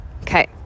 okay